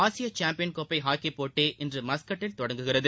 ஆசிய சாம்பியன் கோப்பை ஹாக்கி போட்டி இன்று மஸ்கட்டில் தொடங்குகிறது